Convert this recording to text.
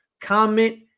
comment